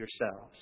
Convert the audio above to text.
yourselves